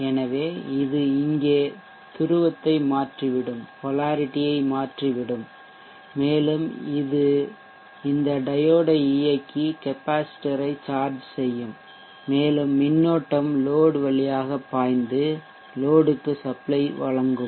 எனவே இது இங்கே துருவத்தை மாற்றிவிடும் மேலும் இது இந்த டையோடை இயக்கி கெப்பாசிட்டர் ஐ சார்ஜ் செய்யும் மேலும் மின்னோட்டம் லோட்வழியாக பாய்ந்து லோட் க்கு சப்ளை வழங்கும்